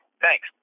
thanks